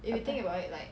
appar~